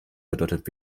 bedeutet